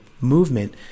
movement